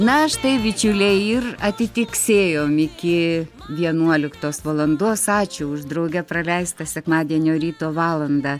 na štai bičiuliai ir atitiksėjom iki vienuoliktos valandos ačiū už drauge praleistą sekmadienio ryto valandą